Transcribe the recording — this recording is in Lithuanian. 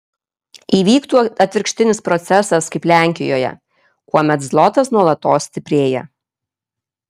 įvyktų atvirkštinis procesas kaip lenkijoje kuomet zlotas nuolatos stiprėja